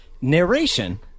narration